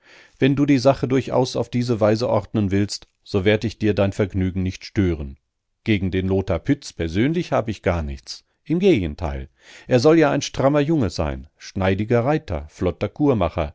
wenn du die sache durchaus auf diese weise ordnen willst so werd ich dir dein vergnügen nicht stören gegen den lothar pütz persönlich hab ich gar nichts im gegenteil er soll ja ein strammer junge sein schneidiger reiter